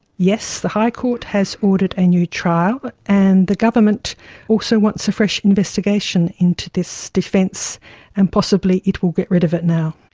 yes, the high court has ordered a new trial, and the government also wants a fresh investigation into this defence and possibly it will get rid of it now.